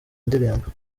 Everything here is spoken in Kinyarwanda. indirimbo